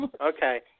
Okay